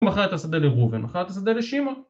מכר את השדה לראובן, מכר את השדה לשמעון